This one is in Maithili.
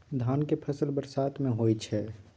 धान के फसल बरसात में होय छै?